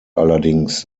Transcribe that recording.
allerdings